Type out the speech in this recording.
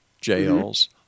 jails